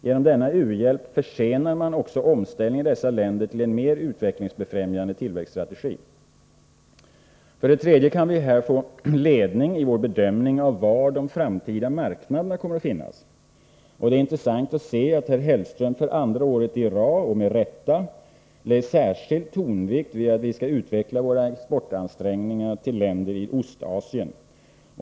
Genom denna u-hjälp försenar man också omställningen i dessa länder till en mera utvecklingsbefrämjande tillväxtstrategi. För det tredje kan vi här få ledning i vår bedömning av var de framtida marknaderna kommer att finnas. Det är intressant att se att herr Hellström för andra året i rad — och med rätta — lägger särskild tonvikt vid att vi skall utveckla våra exportansträngningar till länder i Ostasien.